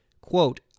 quote